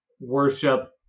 worship